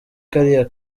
kariya